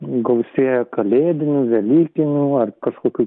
gausėja kalėdinių velykinių ar kažkokių